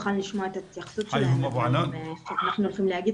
נוכל לשמוע את ההתייחסות שלהם על מה שאנחנו הולכים להגיד